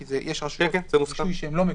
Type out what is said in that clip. כי יש רשויות שהן לא מקומיות.